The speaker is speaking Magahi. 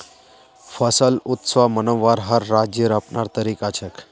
फसल उत्सव मनव्वार हर राज्येर अपनार तरीका छेक